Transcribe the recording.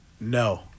No